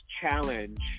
challenge